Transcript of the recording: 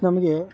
ನಮಗೆ